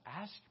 ask